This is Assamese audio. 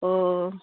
অঁ